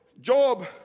Job